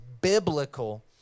biblical